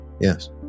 Yes